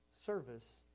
Service